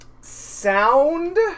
Sound